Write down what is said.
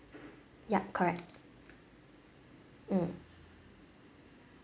ya correct mm